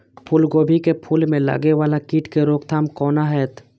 फुल गोभी के फुल में लागे वाला कीट के रोकथाम कौना हैत?